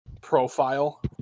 profile